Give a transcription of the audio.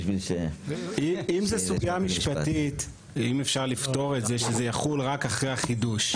אם אפשר לפתור את זה שזה יחול רק אחרי החידוש.